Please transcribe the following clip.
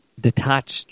detached